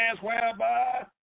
whereby